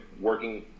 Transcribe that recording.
working